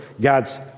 god's